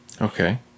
Okay